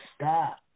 stop